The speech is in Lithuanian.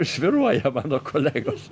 svyruoja mano kolegos